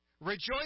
Rejoice